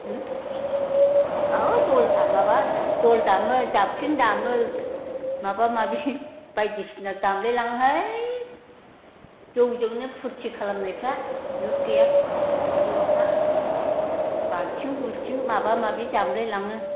अ दल दामाबा जों दल दामो जाबख्रिं दामो माबा माबि बायदिसिना दमालायलाङोहाय जौजोंनो फुरथि खालामनायफ्रा जुथ गैया हौवाफ्रा बाल्थिं बुल्थिं माबा माबि जामलायलाङो